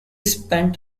spent